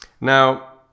now